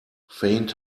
faint